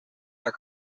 are